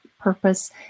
purpose